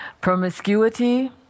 promiscuity